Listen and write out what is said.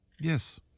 Yes